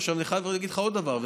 עכשיו אני חייב להגיד לך עוד דבר,